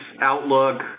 Outlook